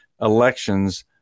elections